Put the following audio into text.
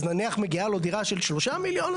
אז נניח שמגיעה לו דירה של שלושה מיליון,